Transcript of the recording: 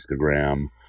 Instagram